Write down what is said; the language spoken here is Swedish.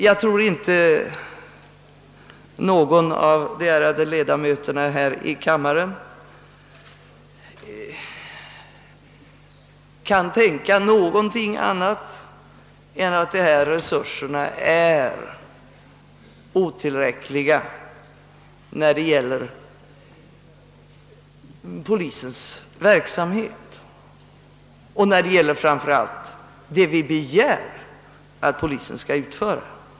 Jag tror inte att någon av de ärade kammarledamöterna kan hävda någonting annat än att resurserna för polisens verksamhet är otillräckliga, framför allt med tanke på vad vi begär att polisen skall utföra.